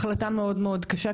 החלטה מאוד מאוד קשה,